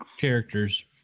characters